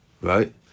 right